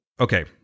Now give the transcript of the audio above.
okay